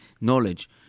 knowledge